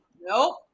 Nope